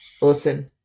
Awesome